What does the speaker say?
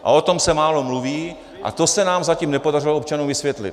A o tom se málo mluví a to se nám zatím nepodařilo občanům vysvětlit.